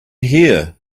here